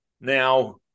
now